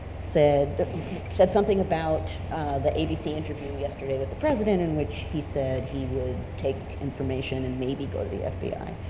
said said something about the abc interview yesterday with the president in which he said he would take information and maybe go to the fbi.